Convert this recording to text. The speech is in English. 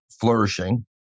flourishing